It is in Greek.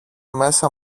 μέσα